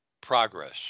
progress